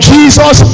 Jesus